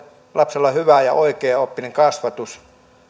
lapsella on hyvä ja oikeaoppinen kasvatus